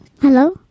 Hello